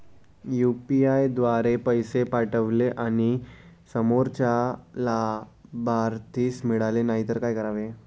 UPI द्वारे पैसे पाठवले आणि ते समोरच्या लाभार्थीस मिळाले नाही तर काय करावे?